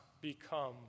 become